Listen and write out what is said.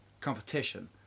competition